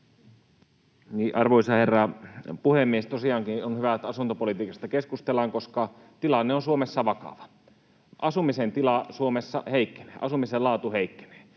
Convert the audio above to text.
Arvoisa herra puhemies! Tosiaankin on hyvä, että asuntopolitiikasta keskustellaan, koska tilanne on Suomessa vakava. Asumisen tila Suomessa heikkenee, asumisen laatu heikkenee.